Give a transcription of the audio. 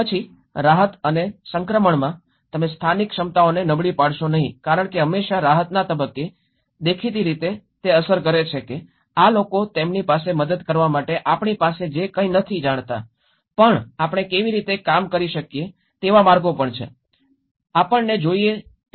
પછી રાહત અને સંક્રમણમાં તમે સ્થાનિક ક્ષમતાઓને નબળી પાડશો નહીં કારણ કે હંમેશાં રાહતનાં તબક્કે દેખીતી રીતે અસર કરે છે કે આ લોકો તેમની પાસે મદદ કરવા માટે આપણી પાસે જે કાંઈ નથી જાણતા પણ આપણે કેવી રીતે કામ કરી શકીએ તેવા માર્ગો પણ છે આપણને જોઈએ તેઓની રાહત કેવી છે